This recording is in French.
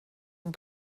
ont